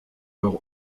leur